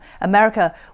America